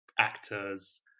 actors